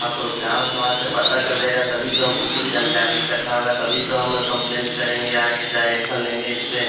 आप लोग गाँव समाज से पता चलेगा तभी तो हमको कुछ जानकारी इकट्ठी होगी तभी तो हम कम्प्लेंट करेंगे आगे जो एक्शन लेंगे इस पर